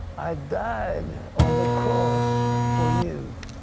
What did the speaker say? i died on the cross for you.